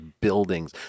buildings